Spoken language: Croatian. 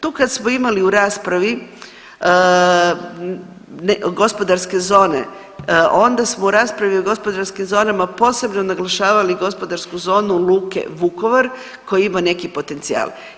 Tu kad smo imali u raspravi gospodarske zone onda smo u raspravi o gospodarskim zonama posebno naglašavali gospodarsku zonu Luke Vukovar koja ima neki potencijal.